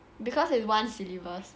because it's one syllabus